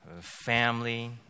family